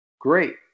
great